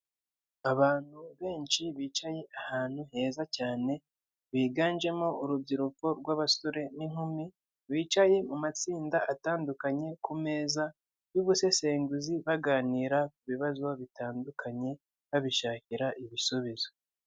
Abantu benshi bicaye ahantu heza cyane, biganjemo urubyiruko rw'abasore n'inkumi, bicaye mu matsinda atandukanye ku meza y'ubusesenguzi baganira ku bibazo bitandukanye, babishakira ibisubizo.